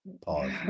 Pause